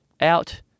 Out